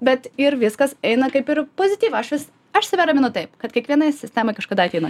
bet ir viskas eina kaip ir į pozityvą aš vis aš save raminu taip kad kiekvienai sistemai kažkada ateina